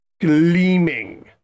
gleaming